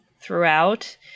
throughout